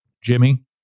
Jimmy